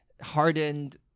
hardened